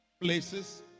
places